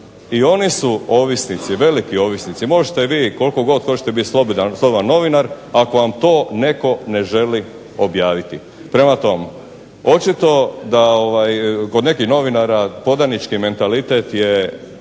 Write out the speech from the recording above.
i oni su ovisnici, veliki ovisnici. Možete vi koliko god hoćete biti slobodan novinar ako vam to netko ne želi objaviti. Prema tom, očito da kod nekih novinara podanički mentalitet je